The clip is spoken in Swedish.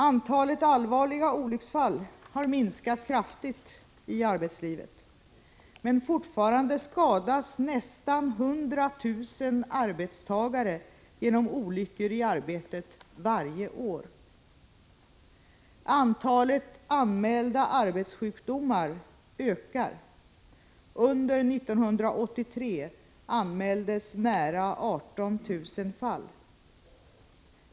Antalet allvarliga olycksfall har minskat kraftigt i arbetslivet, men fortfarande skadas nästan 100 000 arbetstagare genom olyckor i arbetet varje år. Antalet anmälda arbetssjukdomar ökar. Under 1983 anmäldes nära 18 000 fall.